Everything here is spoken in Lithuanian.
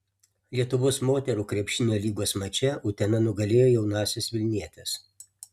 lietuvos moterų krepšinio lygos mače utena nugalėjo jaunąsias vilnietes